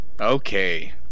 Okay